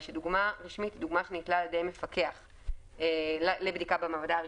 שדוגמה רשמית היא דוגמה שניטלה על ידי מפקח לבדיקה במעבדה רשמית,